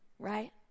Right